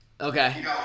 Okay